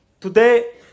Today